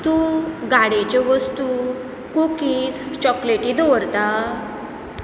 तूं गाडयेच्यो वस्तू कुकीज चॉकलेटी दवरता